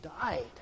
died